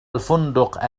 الفندق